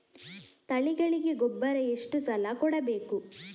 ತಳಿಗಳಿಗೆ ಗೊಬ್ಬರ ಎಷ್ಟು ಸಲ ಕೊಡಬೇಕು?